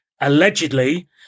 allegedly